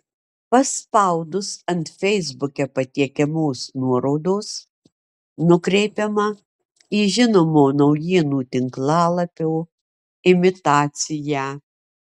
paspaudus ant feisbuke patiekiamos nuorodos nukreipiama į žinomo naujienų tinklalapio imitaciją